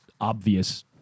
obvious